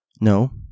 no